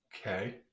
okay